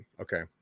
okay